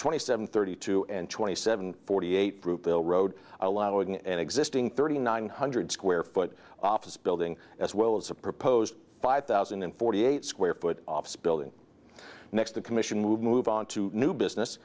twenty seven thirty two and twenty seven forty eight group hill road allowing an existing thirty nine hundred square foot office building as well as a proposed five thousand and forty eight square foot office building next the commission move move on to new business